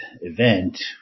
event